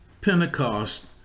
Pentecost